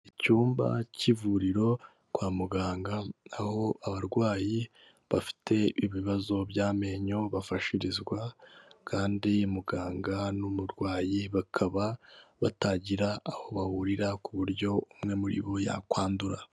Icyumba k'ivuriro kwa muganga aho abarwayi bafite ibibazo by'amenyo bafashirizwa kandi muganga n'umurwayi bakaba batagira aho bahurira ku buryo umwe muri bo yakwandura.